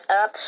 up